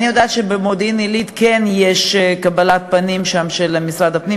אני יודעת שבמודיעין-עילית כן יש קבלת קהל של משרד הפנים,